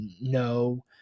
no